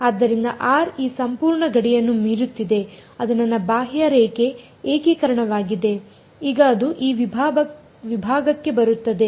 ಆದ್ದರಿಂದ ಆರ್ ಈ ಸಂಪೂರ್ಣ ಗಡಿಯನ್ನು ಮೀರುತ್ತಿದೆ ಅದು ನನ್ನ ಬಾಹ್ಯರೇಖೆ ಏಕೀಕರಣವಾಗಿದೆ ಈಗ ಅದು ಈ ವಿಭಾಗಕ್ಕೆ ಬರುತ್ತದೆ